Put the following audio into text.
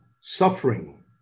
suffering